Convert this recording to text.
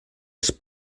els